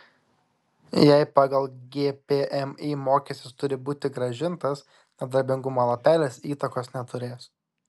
jei pagal gpmį mokestis turi būti grąžintas nedarbingumo lapelis įtakos neturės